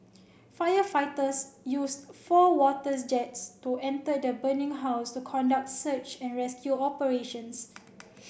firefighters used four water jets to enter the burning house to conduct search and rescue operations